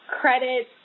credit